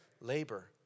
labor